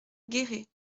guéret